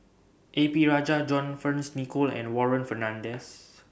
A P Rajah John Fearns Nicoll and Warren Fernandez